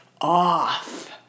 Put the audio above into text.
off